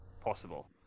possible